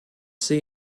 sehe